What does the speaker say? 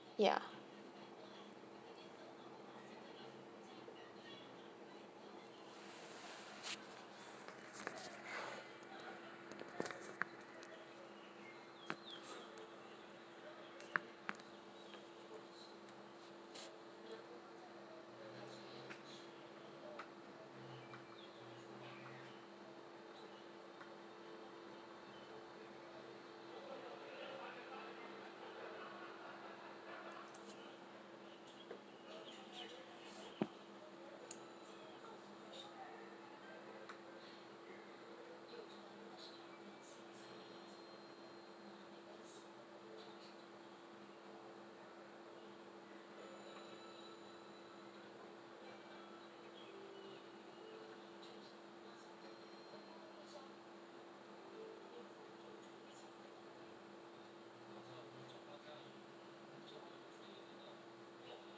yeah